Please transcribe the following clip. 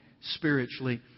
spiritually